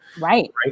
Right